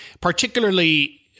particularly